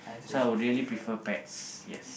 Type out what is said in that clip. so I would really prefer pets yes